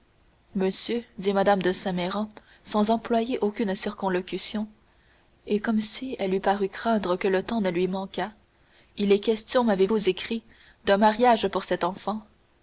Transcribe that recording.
monsieur dit mme de saint méran sans employer aucune circonlocution et comme si elle eût paru craindre que le temps ne lui manquât il est question m'avez-vous écrit d'un mariage pour cette enfant